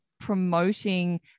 promoting